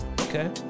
okay